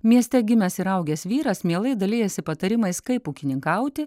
mieste gimęs ir augęs vyras mielai dalijasi patarimais kaip ūkininkauti